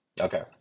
Okay